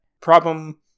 problem